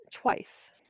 Twice